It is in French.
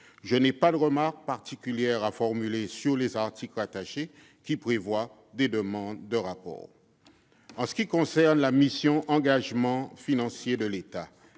Je n'ai pas d'observations particulières à formuler sur les articles rattachés, qui prévoient simplement la remise de rapports. En ce qui concerne la mission « Engagements financiers de l'État